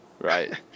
Right